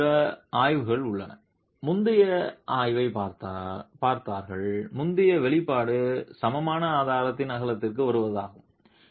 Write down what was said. பார்த்த பிற ஆய்வுகள் உள்ளன முந்தைய ஆய்வைப் பார்த்தார்கள் முந்தைய வெளிப்பாடு சமமான ஆதாரத்தின் அகலத்திற்கு வருவதாகும்